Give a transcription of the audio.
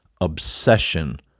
obsession